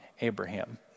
Abraham